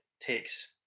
takes